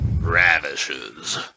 ravishes